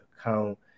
account